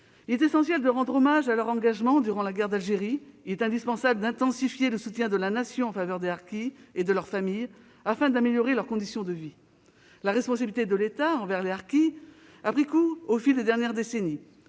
Il est essentiel de rendre hommage à l'engagement des harkis durant la guerre d'Algérie. Il est indispensable d'intensifier le soutien que la Nation leur apporte, ainsi qu'à leurs familles, afin d'améliorer leurs conditions de vie. Le principe d'une responsabilité de l'État envers les harkis a pris corps au fil des dernières décennies.